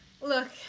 Look